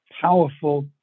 powerful